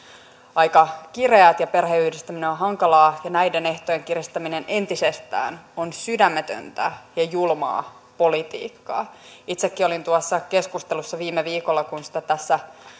aika kireät ja perheenyhdistäminen on hankalaa ja näiden ehtojen kiristäminen entisestään on sydämetöntä ja julmaa politiikkaa itsekin olin tuossa keskustelussa viime viikolla kun sitä tässä